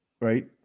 Right